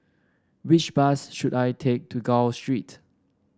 which bus should I take to Gul Street